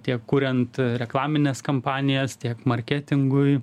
tiek kuriant reklamines kampanijas tiek marketingui